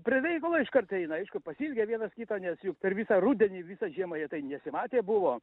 prie reikalo iškart eina aišku pasiilgę vienas kito nes juk per visą rudenį visą žiemą jie tai nesimatę buvo